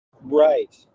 Right